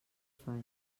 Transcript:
faig